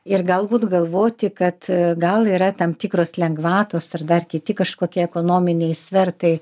ir galbūt galvoti kad gal yra tam tikros lengvatos ar dar kiti kažkokie ekonominiai svertai